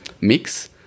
mix